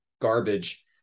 garbage